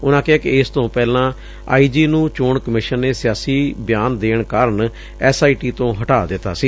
ਉਨੂਾ ਕਿਹਾ ਕਿ ਇਸ ਤੋਂ ਪਹਿਲਾਂ ਆਈ ਜੀ ਨੂੰ ਚੈਣ ਕਮਿਸ਼ਨ ਨੇ ਸਿਆਸੀ ਬਿਆਨ ਦੇਣ ਕਾਰਨ ਐਸ ਆਈ ਟੀ ਤੋਂ ਹਟਾ ਦਿੱਤਾ ਸੀ